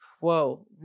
Whoa